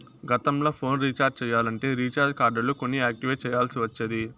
గతంల phone recharge చెయ్యాలంటే recharge కార్డులు కొని యాక్టివేట్ చెయ్యాల్ల్సి ఒచ్చేది